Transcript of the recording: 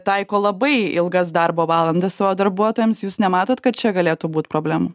taiko labai ilgas darbo valandas savo darbuotojams jūs nematot kad čia galėtų būt problemų